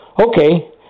okay